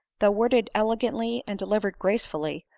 though worded elegantly and delivered gracefully,